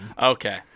Okay